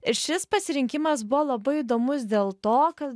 ir šis pasirinkimas buvo labai įdomus dėl to kad